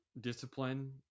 discipline